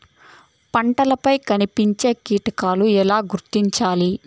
పంటలపై కనిపించే కీటకాలు ఎలా గుర్తించాలి?